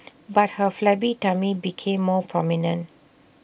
but her flabby tummy became more prominent